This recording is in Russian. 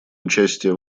участие